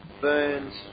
Burns